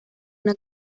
una